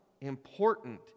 important